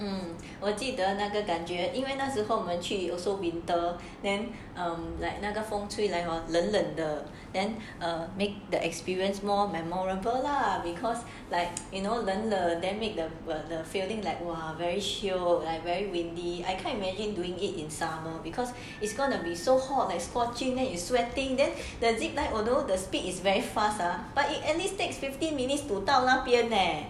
我记得那个感觉因为那时候我们去 also winter then I'm like 那个风来冷冷的 err made the experience more memorable lah because like you know 冷冷 then make the feeling like !wah! very chill like windy I can't imagine doing it in summer because it's gonna be so hot like scorching then you sweating the zipline although the speed is very fast ah but it at least takes fifteen minutes 到那边 leh